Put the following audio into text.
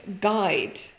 guide